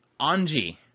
Anji